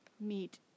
meet